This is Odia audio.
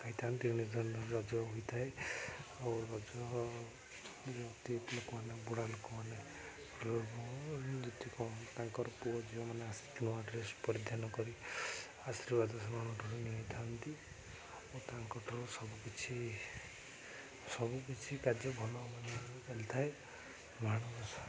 ଲୋକମାନେ ଖାଇଥାନ୍ତି ଏଇ ଧରଣ ରଜ ହୋଇଥାଏ ଆଉ ରଜ ଯତି ଲୋକମାନେ ବୁଢ଼ା ଲୋକମାନେ ଯେକି କଣ ତାଙ୍କର ପୁଅ ଝିଅମାନେ ଆ ନୂଆ ଡ୍ରେସ୍ ପରିଧାନ କରି ଆଶୀର୍ବାଦ ସେମାନଙ୍କଠାରୁ ନେଇଥାନ୍ତି ଓ ତାଙ୍କଠାରୁ ସବୁକିଛି ସବୁକିଛି କାର୍ଯ୍ୟ ଭଲ ଚାଲିଥାଏ ମାଣ